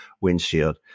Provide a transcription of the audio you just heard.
windshield